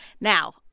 Now